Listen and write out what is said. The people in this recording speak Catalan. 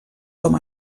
com